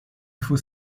faut